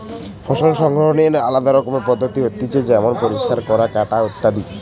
ফসল সংগ্রহনের আলদা রকমের পদ্ধতি হতিছে যেমন পরিষ্কার করা, কাটা ইত্যাদি